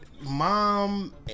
mom